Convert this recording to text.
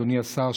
אדוני השר,